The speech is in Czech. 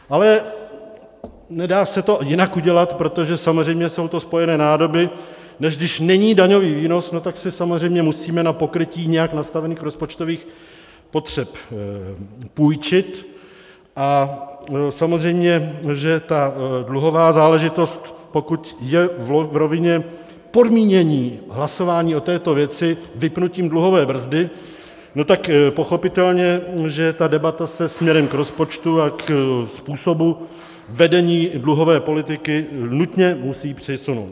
Ale nedá se to jinak udělat, protože samozřejmě jsou to spojené nádoby, než když není daňový výnos, no tak si samozřejmě musíme na pokrytí nějak nastavených rozpočtových potřeb půjčit, a samozřejmě že ta dluhová záležitost, pokud je v rovině podmínění hlasování o této věci vypnutím dluhové brzdy, no tak pochopitelně že ta debata se směrem k rozpočtu a k způsobu vedení dluhové politiky nutně musí přisunout.